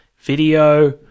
video